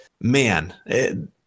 man